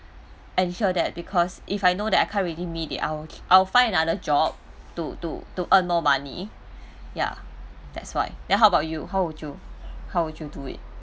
ensure that because if I know that I can't really meet it I will I will find another job to to to earn more money ya that's why then how about you how would you how would you do it